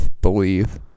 believe